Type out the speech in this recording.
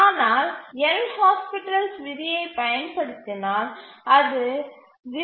ஆனால் L'Hospital's LHospitals விதியைப் பயன்படுத்தினால் அது 0